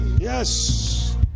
Yes